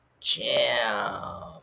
jam